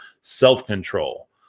self-control